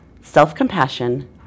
self-compassion